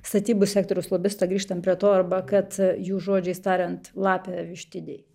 statybų sektoriaus lobistai grįžtam prie to arba kad jų žodžiais tariant lapę vištidėj